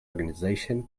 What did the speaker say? organization